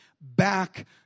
back